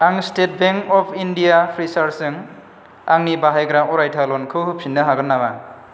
आं State Bank of India फ्रिसार्जजों आंनि बाहायग्रा अरायथा लनखौ होफिन्नो हागोन नामा